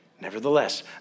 Nevertheless